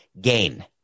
gain